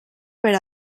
per